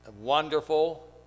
wonderful